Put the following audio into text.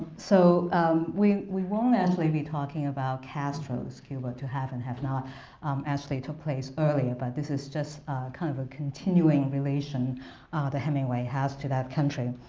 so we we won't actually be talking about castro's cuba. to have and have not um actually took place earlier, but this is just kind of a continuing relation that hemingway has to that country.